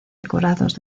decorados